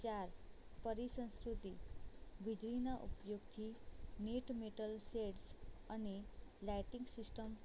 ચાર પરિસંસ્કૃતિ વીજળીના ઉપયોગથી નેટ મીટર શેડ્સ અને લાઇટિંગ સિસ્ટમ